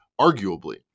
arguably